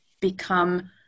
become